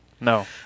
No